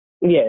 Yes